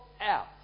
out